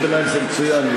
קריאות ביניים זה מצוין,